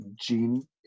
gene